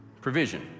Provision